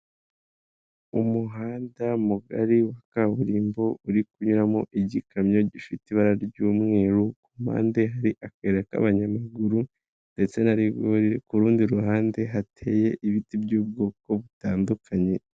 Umuhanda mugari wa kaburimbo ,uri kunyuramo igikamyo gifite ibara ry'umweru, ku mpande hari akayira k'abanyamaguru ndetse na rigori ,ku rundi ruhande hateye ibiti by'ubwoko butandukanye.